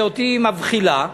שאותי היא מבחילה,